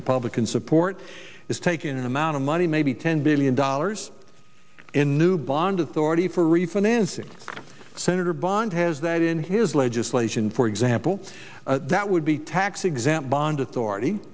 republican support is taking an amount of money maybe ten billion dollars in new bond authority for refinancing senator bond has that in his legislation for example that would be tax exempt bond authority